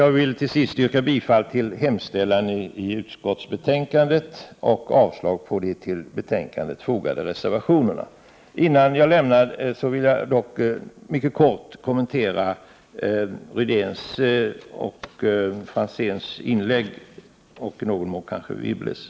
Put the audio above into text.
Jag yrkar till sist bifall till hemställan i utskottsbetänkandet och avslag på de till betänkandet fogade reservationerna. Innan jag lämnar talarstolen vill jag dock mycket kort kommentera Rune Rydéns och Ivar Franzéns inlägg och i någon mån även Anne Wibbles.